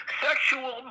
sexual